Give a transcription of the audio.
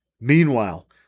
Meanwhile